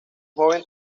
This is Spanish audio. joven